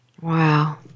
Wow